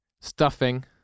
Stuffing